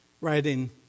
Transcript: Writing